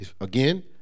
again